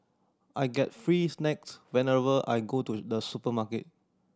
I get free snacks whenever I go to the supermarket